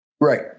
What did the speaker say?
Right